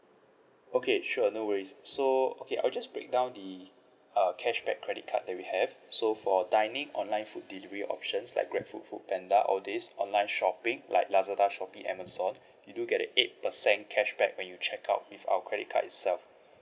okay sure no worries so okay I will just break down the uh cashback credit card that we have so for dining online food delivery options like grab food food panda all this online shopping like lazada shopee amazon you do get a eight percent cashback when you check out with our credit card itself